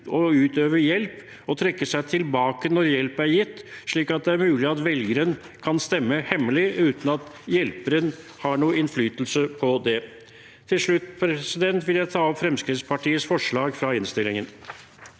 å utøve hjelp, og trekker seg tilbake når hjelp er gitt, slik at det er mulig at velgeren kan stemme hemmelig uten at hjelperen har noen innflytelse på det. Til slutt vil jeg ta opp Fremskrittspartiets forslag. Presidenten